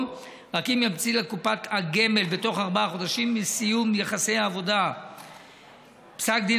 רק אם ימציא לקופת הגמל בתוך ארבעה חודשים מסיום יחסי העבודה פסק דין